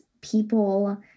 people